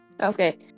Okay